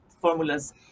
formulas